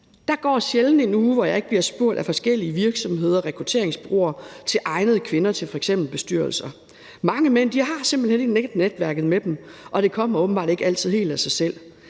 Der går sjældent en uge, hvor jeg ikke bliver spurgt af forskellige virksomheder og rekrutteringsbureauer til egnede kvinder til f.eks. bestyrelser. Mange mænd har simpelt hen ikke netværket med sig, og det kommer åbenbart ikke altid helt af sig selv.